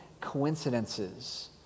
coincidences